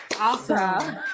Awesome